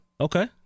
Okay